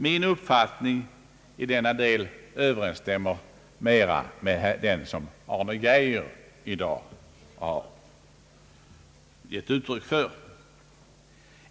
Min uppfattning i denna del överensstämmer mera med den som herr Arne Geijer i dag har gett uttryck åt.